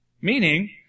Meaning